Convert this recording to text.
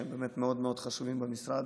שהם מאוד מאוד חשובים במשרד,